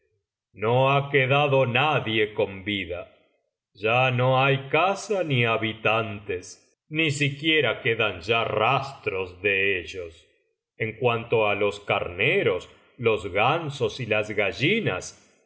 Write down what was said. no ha quedado nadie con vida ya no hay casa ni habitantes ni siquiera quedan ya rastros de ellos en cuanto á los carneros los gansos y las gallinas